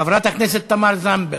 חברת הכנסת תמר זנדברג,